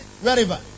wherever